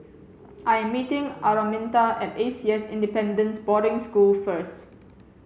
I'm meeting Araminta at A C S Independent Boarding School first